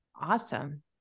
awesome